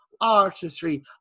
artistry